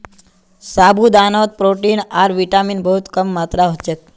साबूदानात प्रोटीन आर विटामिन बहुत कम मात्रात ह छेक